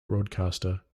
broadcaster